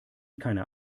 keiner